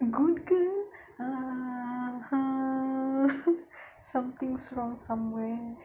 good girl ah something's wrong somewhere